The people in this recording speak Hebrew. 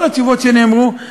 כל התשובות שנאמרו,